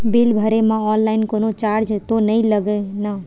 Bill भरे मा online कोनो चार्ज तो नई लागे ना?